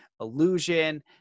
illusion